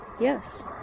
Yes